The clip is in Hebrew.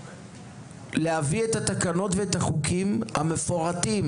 להביא את התקנות ואת החוקים המפורטים